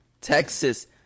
Texas